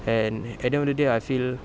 and at end of the day I feel